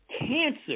cancer